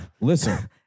Listen